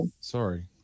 sorry